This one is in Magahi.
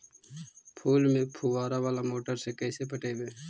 फूल के फुवारा बाला मोटर से कैसे पटइबै?